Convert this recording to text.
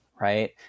right